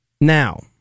Now